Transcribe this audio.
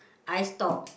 I stop